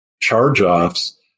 charge-offs